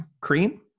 Cream